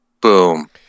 Boom